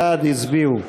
בעד הצביעו 57,